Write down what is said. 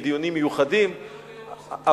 בדיונים מיוחדים,